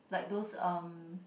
like those um